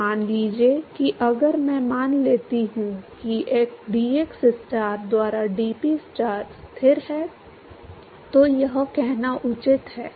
तो मान लीजिए कि अगर मैं मान लेता हूं कि dxstar द्वारा dPstar स्थिर है तो यह कहना उचित है